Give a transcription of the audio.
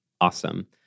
awesome